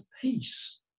peace